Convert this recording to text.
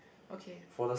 ok